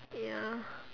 ya